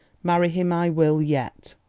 marry him i will, yet!